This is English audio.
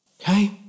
Okay